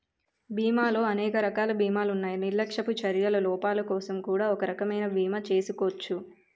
బీమాలో అనేక రకాల బీమాలున్నాయి నిర్లక్ష్యపు చర్యల లోపాలకోసం కూడా ఒక రకం బీమా చేసుకోచ్చు